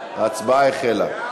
ההצבעה החלה.